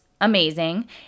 amazing